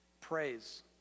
Praise